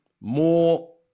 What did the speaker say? more